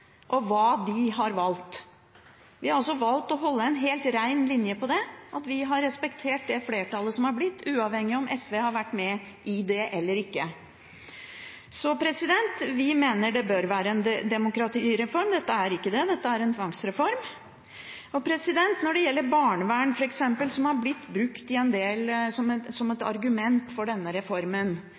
og hva de har valgt. Vi har valgt å holde en helt ren linje på det, vi har respektert det flertallet som har blitt, uavhengig av om SV har vært med i det eller ikke. Så vi mener det bør være en demokratireform. Dette er ikke det, det er en tvangsreform. Når det gjelder f.eks. barnevern, som har blitt brukt som et argument for denne reformen,